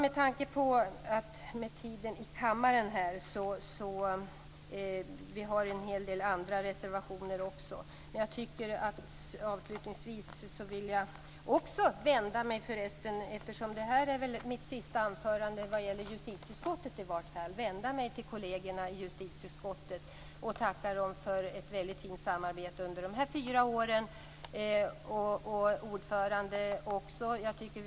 Eftersom detta är mitt sista anförande i min egenskap av ledamot i justitieutskottet vill jag vända mig till mina kolleger och ordföranden där och tacka dem för ett väldigt fint samarbete under dessa fyra år.